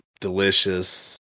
Delicious